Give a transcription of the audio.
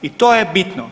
I to je bitno.